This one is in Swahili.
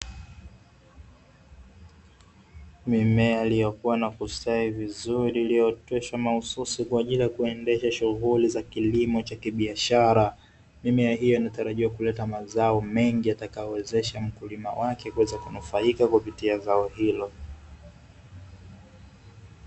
Mimea iliyokuwa na kustawi vizuri iliyooteshwa mahususi kwa ajili ya kuendesha shuguli za kilimo cha kibiashara. Mimea hiyo inatarajia kuleta mazao mengi yatakayowezesha mkulima wake kuweza kunufaika kupitia zao hilo,